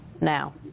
now